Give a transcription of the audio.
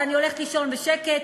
אני הולכת לישון בשקט.